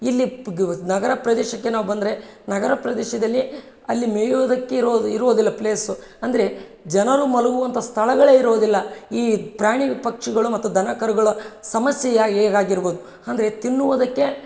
ಇಲ್ಲಿ ನಗರ ಪ್ರದೇಶಕ್ಕೆ ನಾವು ಬಂದರೆ ನಗರ ಪ್ರದೇಶದಲ್ಲಿ ಅಲ್ಲಿ ಮೇಯುವುದಕ್ಕೆ ಇರೋದು ಇರೋದಿಲ್ಲ ಪ್ಲೇಸು ಅಂದರೆ ಜನರು ಮಲಗುವಂಥ ಸ್ಥಳಗಳೇ ಇರೋದಿಲ್ಲ ಈ ಪ್ರಾಣಿ ಪಕ್ಷಿಗಳು ಮತ್ತು ದನ ಕರುಗಳ ಸಮಸ್ಯೆ ಯ ಹೇಗಾಗಿರ್ಬೋದ್ ಅಂದರೆ ತಿನ್ನುವುದಕ್ಕೆ